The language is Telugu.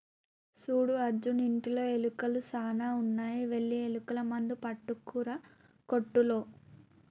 సూడు అర్జున్ ఇంటిలో ఎలుకలు సాన ఉన్నాయి వెళ్లి ఎలుకల మందు పట్టుకురా కోట్టులో